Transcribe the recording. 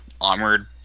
armored